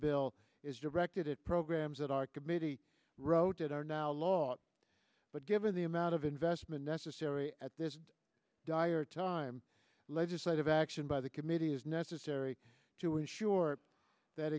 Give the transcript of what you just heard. bill is directed at programs that our committee wrote that are now a lot but given the amount of investment necessary at this dire time legislative action by the committee is necessary to ensure that